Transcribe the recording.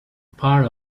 part